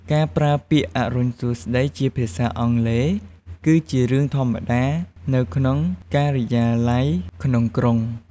ការប្រើពាក្យ "អរុណសួស្តី" ជាភាសាអង់គ្លេសគឺជារឿងធម្មតានៅក្នុងការិយាល័យក្នុងក្រុង។